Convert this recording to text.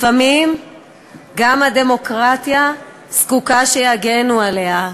לפעמים גם הדמוקרטיה זקוקה שיגנו עליה.